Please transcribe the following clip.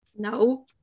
No